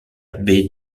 baie